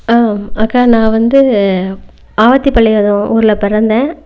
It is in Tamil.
அக்கா நான் வந்து ஆவத்திபாளையம் ஊரில் பிறந்தேன்